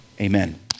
Amen